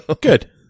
Good